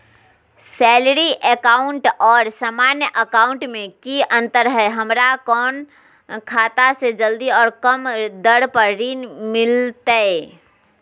Salary account और सामान्य account मे की अंतर है हमरा कौन खाता से जल्दी और कम दर पर ऋण मिलतय?